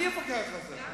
אני אפקח על זה.